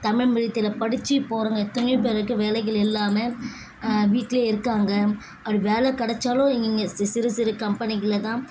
தமிழ் மீடியத்தில் படித்து போகிறவங்க எத்தனையோ பேருக்கு வேலைகள் இல்லாமல் வீட்லேயே இருக்காங்க அப்படி வேலை கிடைச்சாலும் இங்கே சிறு சிறு கம்பெனிகளில் தான்